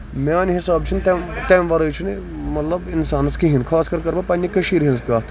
میانہِ حِسابہٕ چھُ نہٕ تَمہِ ورٲے چھُنہٕ مطلب اِنسانَس کِہینۍ خاص کرٕ بہٕ پَنٕنہِ کٔشیٖرِ ہنز کَتھ اِوٕن